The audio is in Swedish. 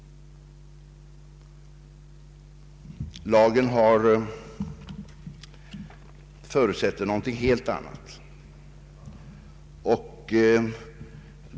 Lagen förutsätter någonting helt annat.